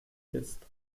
jetzt